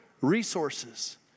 resources